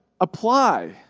apply